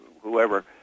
whoever